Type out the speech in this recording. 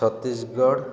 Chhattisgarh